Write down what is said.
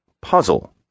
puzzle